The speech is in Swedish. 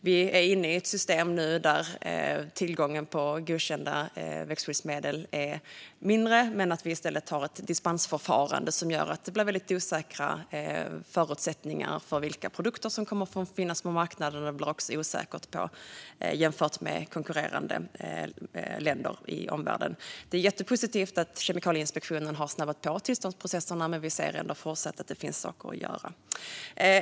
Vi är nu inne i ett system där tillgången på godkända växtskyddsmedel är mindre, men vi har i stället ett dispensförfarande som gör att det blir väldigt osäkra förutsättningar för vilka produkter som kommer att få finnas på marknaden. Det blir också osäkert jämfört med konkurrerande länder i omvärlden. Det är jättepositivt att Kemikalieinspektionen har snabbat på tillståndsprocesserna, men vi ser ändå fortsatt att det finns saker att göra.